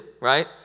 right